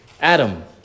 Adam